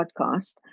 podcast